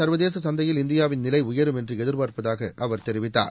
சர்வதேச சந்தையில் இந்தியாவின் நிலை உயரும் என்ற எதிர்பார்ப்பதாக அவர் தெரிவித்தார்